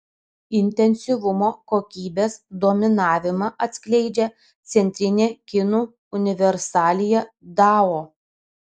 intensyvumo kokybės dominavimą atskleidžia centrinė kinų universalija dao